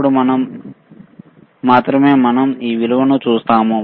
అప్పుడు మాత్రమే మనం ఈ విలువను చూస్తాము